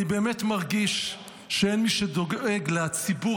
אני באמת מרגיש שאין מי שדואג לציבור